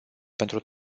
pentru